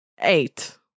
eight